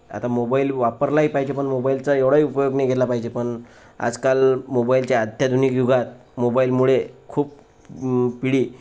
आता मोबाईल वापरलाही पाहिजे पण मोबाईलचा एवढाही उपयोग नाही केला पाहिजे पण आजकाल मोबाईलच्या अत्याधुनिक युगात मोबाईलमुळे खूप पिढी